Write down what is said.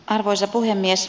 arvoisa puhemies